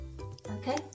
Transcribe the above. Okay